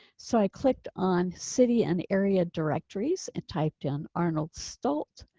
so i clicked on city and area directories and typed in arnold stoelt.